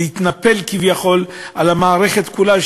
להתנפל כביכול על המערכת כולה,